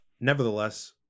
nevertheless